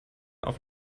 auf